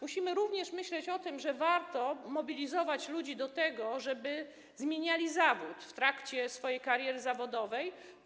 Musimy również myśleć o tym, że warto mobilizować ludzi do tego, żeby zmieniali zawód w trakcie swojej kariery zawodowej.